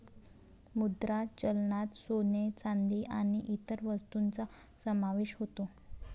मुद्रा चलनात सोने, चांदी आणि इतर वस्तूंचा समावेश होतो